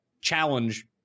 challenge